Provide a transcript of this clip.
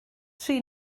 tri